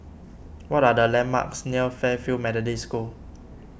what are the landmarks near Fairfield Methodist School